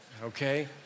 okay